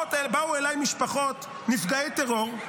באו אליי משפחות נפגעי טרור.